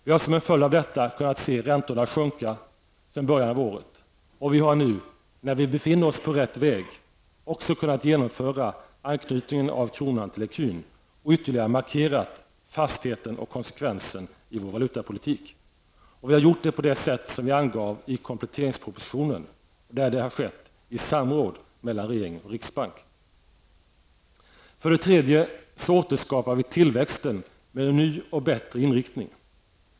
Vi har som en följd av detta kunnat se räntorna sjunka sedan början av året. Vi har nu, när vi befinner oss på rätt väg, också kunnat genomföra en anknytning till ecun och ytterligare markerat fastheten och konsekvensen i vår valutapolitik. Vi har gjort på det sett vi angav i kompletteringspropositionen. Detta har skett i samråd mellan regeringen och riksbank. För det tredje återskapar vi tillväxten med en ny och bättre inriktning.